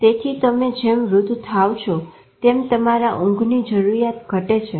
તેથી તમે જેમ વૃદ્ધ થાવ છો તેમ તમારા ઊંઘ ની જરૂરિયાત ઘટે છે